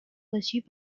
reçues